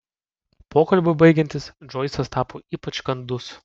pokalbiui baigiantis džoisas tapo ypač kandus